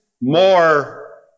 more